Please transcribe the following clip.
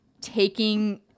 taking